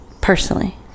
personally